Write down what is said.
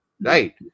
right